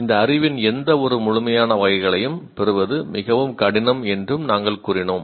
இந்த அறிவின் எந்தவொரு முழுமையான வகைகளையும் பெறுவது மிகவும் கடினம் என்றும் நாம் கூறினோம்